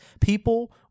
people